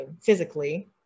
physically